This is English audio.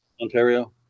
Ontario